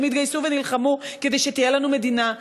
הם התגייסו ונלחמו כדי שתהיה לנו מדינה,